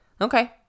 okay